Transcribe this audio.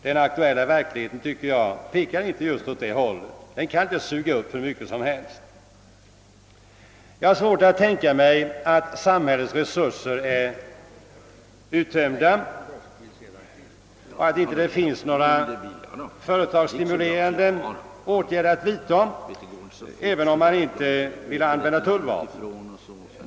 Den aktuella verkligheten pekar, tycker jag, inte på det; våra basindustrier kan inte suga upp hur mycket friställd arbetskraft som helst. Jag har svårt att tänka mig att samhällets resurser att föra en företags stimulerande och skyddande politik skulle vara uttömda även om man inte vill använda tullvapnet.